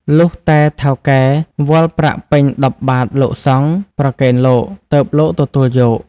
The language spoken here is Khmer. លុះតែថៅកែវាល់ប្រាក់ពេញ ១០ បាត្រលោកសង្ឃ ប្រគេនលោក ទើបលោកទទួលយក"។